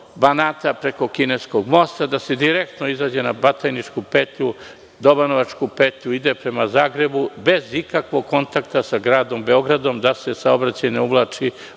Banata preko kineskog mosta, da se direktno izađe na Batajničku petlju, Dobanovačku petlju i ide prema Zagrebu, bez ikakvog kontakta sa Gradom Beogradom, da se saobraćaj ne uvlači